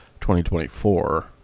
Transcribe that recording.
2024